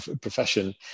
profession